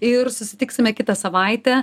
ir susitiksime kitą savaitę